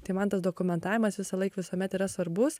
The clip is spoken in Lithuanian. tai man tas dokumentavimas visąlaik visuomet yra svarbus